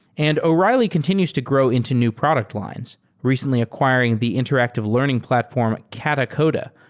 and o'reilly continuous to grow into new product lines, recently acquiring the interactive learning platform katacoda,